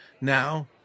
Now